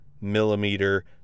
millimeter